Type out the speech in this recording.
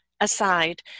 aside